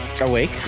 Awake